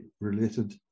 related